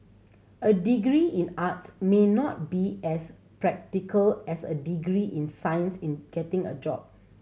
a degree in arts may not be as practical as a degree in science in getting a job